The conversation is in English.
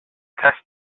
test